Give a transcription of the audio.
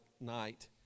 night